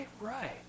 Right